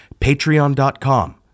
patreon.com